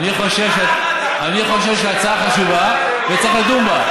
אני חושב שההצעה חשובה וצריך לדון בה.